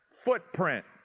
footprint